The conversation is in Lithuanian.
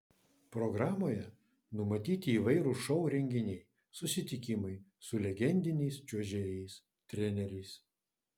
programoje numatyti įvairūs šou renginiai susitikimai su legendiniais čiuožėjais treneriais